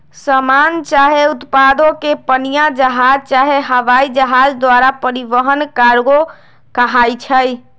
समान चाहे उत्पादों के पनीया जहाज चाहे हवाइ जहाज द्वारा परिवहन कार्गो कहाई छइ